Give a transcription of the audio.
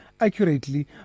accurately